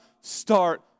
start